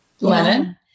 Lennon